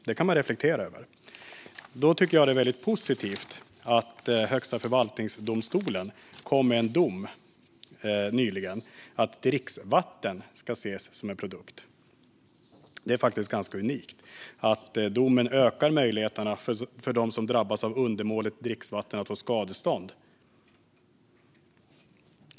Det kan man reflektera över. Jag tycker att det är väldigt positivt att Högsta förvaltningsdomstolen nyligen kom med en dom om att dricksvatten ska ses som en produkt. Det är ganska unikt. Domen ökar möjligheterna för dem som drabbas av undermåligt dricksvatten att få skadestånd.